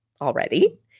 already